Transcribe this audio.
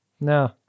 No